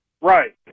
Right